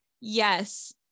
yes